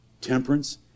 temperance